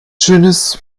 schönes